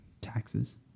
taxes